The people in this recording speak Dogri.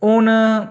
हून